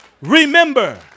Remember